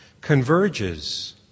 converges